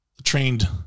trained